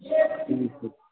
ठीक छै